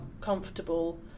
comfortable